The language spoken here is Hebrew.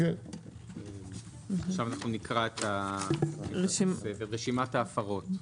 עכשיו נקרא את רשימת ההפרות.